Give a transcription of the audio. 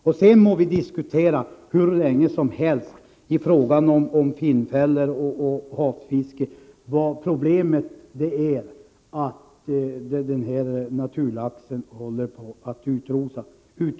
Vi kan diskutera finnfällor och havsfiske hur länge som helst — problemet är att den naturreproducerande laxen håller på att utrotas.